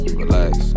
relax